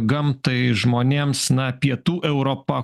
gamtai žmonėms na pietų europa